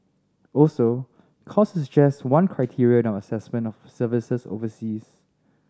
also cost is just one criteria in our assessment of services overseas